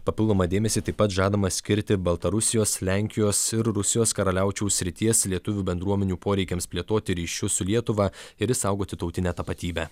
papildomą dėmesį taip pat žadama skirti baltarusijos lenkijos ir rusijos karaliaučiaus srities lietuvių bendruomenių poreikiams plėtoti ryšius su lietuva ir išsaugoti tautinę tapatybę